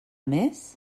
més